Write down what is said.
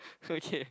okay